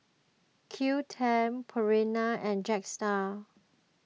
Qoo ten Purina and Jetstar